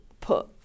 put